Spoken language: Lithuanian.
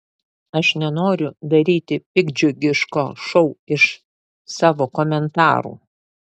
aš nenoriu daryti piktdžiugiško šou iš savo komentarų